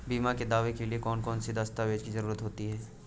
बीमा के दावे के लिए कौन कौन सी दस्तावेजों की जरूरत होती है?